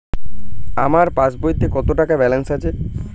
আমার পাসবইতে কত টাকা ব্যালান্স আছে?